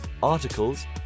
articles